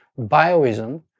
bioism